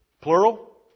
Plural